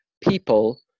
people